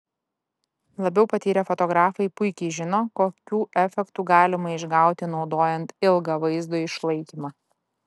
labiau patyrę fotografai puikiai žino kokių efektų galima išgauti naudojant ilgą vaizdo išlaikymą